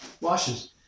washes